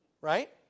Right